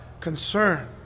concern